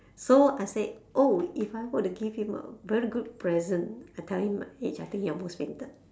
so I said oh if I were to give him a very good present I tell him my age I think he almost fainted